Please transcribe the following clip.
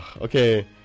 okay